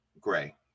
gray